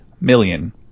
million